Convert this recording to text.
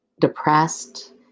depressed